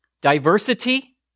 diversity